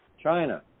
China